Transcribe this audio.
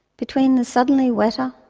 between the suddenly wetter,